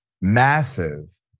massive